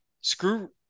Screw